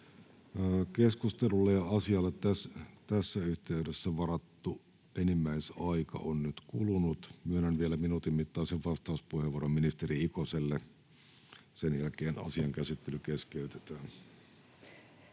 Keskustelulle ja asialle tässä yhteydessä varattu enimmäisaika on nyt kulunut. Myönnän vielä minuutin mittaisen vastauspuheenvuoron ministeri Ikoselle. Sen jälkeen asian käsittely keskeytetään.